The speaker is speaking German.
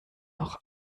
auch